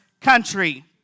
country